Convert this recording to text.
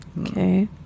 Okay